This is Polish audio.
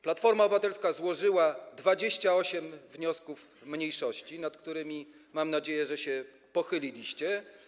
Platforma Obywatelska złożyła 28 wniosków mniejszości, nad którymi, mam nadzieję, się pochyliliście.